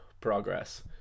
progress